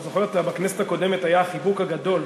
אני זוכר בכנסת הקודמת היה החיבוק הגדול,